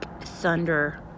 thunder